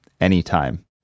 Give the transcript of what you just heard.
anytime